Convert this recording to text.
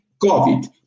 COVID